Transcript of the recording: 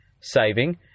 saving